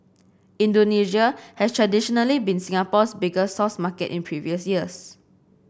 Indonesia has traditionally been Singapore's biggest source market in previous years